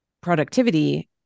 productivity